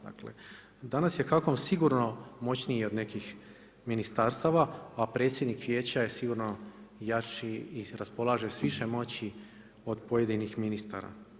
Danas je HAKOM sigurno moćniji i od nekih ministarstava, a predsjednik vijeća je sigurno jači i raspolaže s više moći od pojedinih ministara.